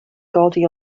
godi